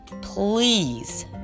please